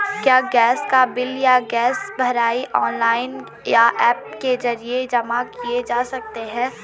क्या गैस का बिल या गैस भराई ऑनलाइन या ऐप के जरिये जमा किये जा सकते हैं?